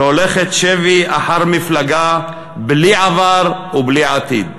שהולכת שבי אחר מפלגה בלי עבר ובלי עתיד.